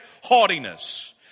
haughtiness